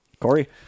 Corey